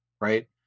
right